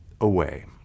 away